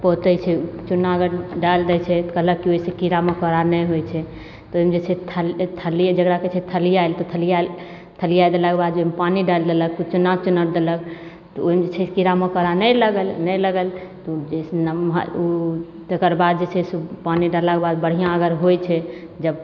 पोतै छै चूना अगर डालि दै छै तऽ कहलक कि ओहिसे कीड़ा मकोड़ा नहि होइ छै तऽ ओहिमे जे छै थल्ली जकरा कहै छै थलिआल तऽ थलिआएल थलिआ देलाके बाद जे ओहिमे पानी डालि देलक किछु चूना उना देलक तऽ ओहिमे जे छै कीड़ा मकोड़ा नहि लागल नहि लागल तऽ ओ जइसे नमहर ओ तकर बाद जे छै से पानी डाललाके बाद बढ़िआँ अगर होइ छै जब